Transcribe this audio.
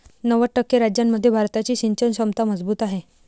नव्वद टक्के राज्यांमध्ये भारताची सिंचन क्षमता मजबूत आहे